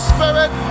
Spirit